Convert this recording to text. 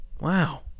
Wow